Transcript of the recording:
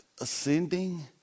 ascending